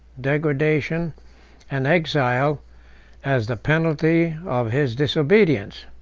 degradation and exile as the penalty of his disobedience.